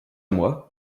moi